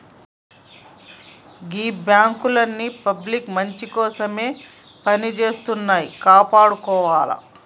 గీ బాంకులన్నీ పబ్లిక్ మంచికోసమే పనిజేత్తన్నయ్, కాపాడుకోవాల